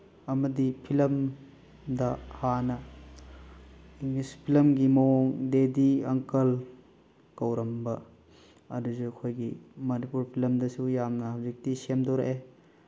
ꯑꯃꯗꯤ ꯐꯤꯂꯝꯗ ꯍꯥꯟꯅ ꯏꯪꯂꯤꯁ ꯐꯤꯂꯝꯒꯤ ꯃꯑꯣꯡ ꯗꯦꯗꯤ ꯑꯟꯀꯜ ꯀꯧꯔꯝꯕ ꯑꯗꯨꯁꯨ ꯑꯩꯈꯣꯏꯒꯤ ꯃꯅꯤꯄꯨꯔ ꯐꯤꯂꯝꯗꯁꯨ ꯌꯥꯝꯅ ꯍꯧꯖꯤꯛꯇꯤ ꯁꯦꯝꯗꯣꯔꯛꯑꯦ